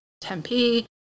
Tempe